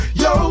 yo